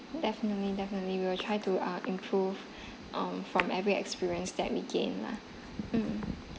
definitely definitely we will try to uh improve um from every experience that we gain lah mm